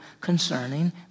concerning